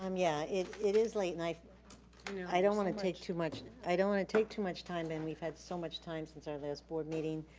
um yeah, it it is late, and i you know i don't wanna take too much, i don't wanna take too much time, and we've had so much time since our last board meeting.